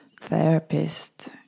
therapist